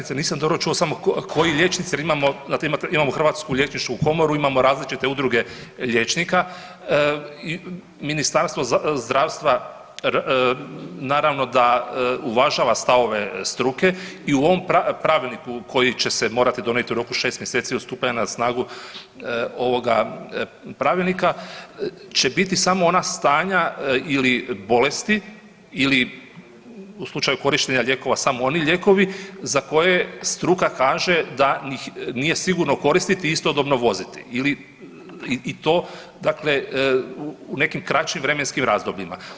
Poštovani ... nisam dobro čuo koji liječnici jer imamo, znate, imamo Hrvatsku liječničku komoru, imamo različite udruge liječnika, Ministarstvo zdravstva, naravno da uvažava stavove struke i u ovom pravilniku koji će se morati donijeti u roku 6 mjeseci od stupanja na snagu ovoga pravilnika će biti samo ona stanja ili bolesti ili u slučaju korištenja lijekova samo oni lijekovi za koje struka kaže da ih nije sigurno koristiti i istodobno voziti i to dakle u nekim kraćim vremenskim razdobljima.